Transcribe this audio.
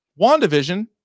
WandaVision